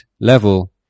level